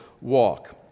walk